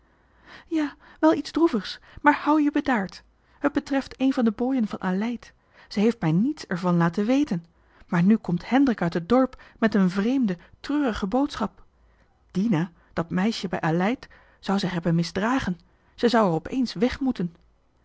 ja wel iets droevigs maar houd je bedaard het betreft een van de bojen van aleid zij heeft mij niets ervan laten weten maar nu komt hendrik uit het dorp met een vreemde treurige boodschap dina dat meisje bij aleid zou zich hebben misdragen zij zou er opeens weg moeten